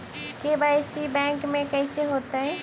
KYC bank में कैसे होतै?